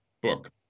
book